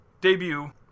debut